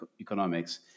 economics